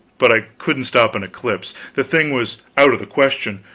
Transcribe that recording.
but i couldn't stop an eclipse the thing was out of the question.